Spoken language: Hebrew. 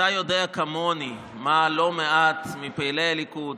אתה יודע כמוני מה לא מעט מפעילי הליכוד,